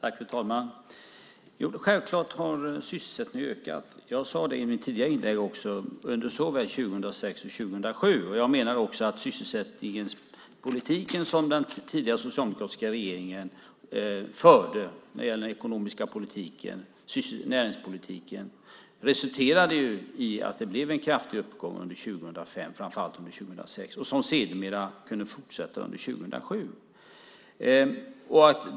Fru talman! Självklart har sysselsättningen ökat - jag sade det under mitt tidigare inlägg också - under såväl 2006 som 2007. Jag menar också att den sysselsättningspolitik som den tidigare socialdemokratiska regeringen förde när det gällde den ekonomiska politiken och näringspolitiken resulterade i att det blev en kraftig uppgång under 2005 och framför allt under 2006, och den kunde sedermera fortsätta under 2007.